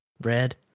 red